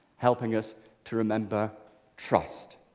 helping us to remember trust.